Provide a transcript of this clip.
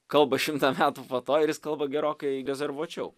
kalba šimtą metų po to ir jis kalba gerokai rezervuočiau